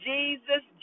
Jesus